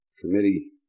committee